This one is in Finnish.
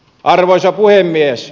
arvoisa puhemies